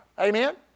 Amen